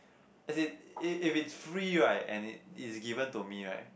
as in if it is free right and it is given to me right